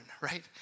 right